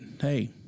hey